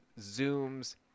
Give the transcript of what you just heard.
zooms